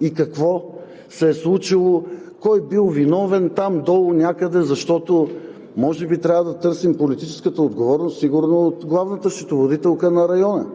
и какво се е случило, кой бил виновен някъде там долу, защото може би трябва да търсим политическата отговорност сигурно от главната счетоводителка на района